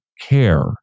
care